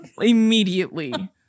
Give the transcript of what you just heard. immediately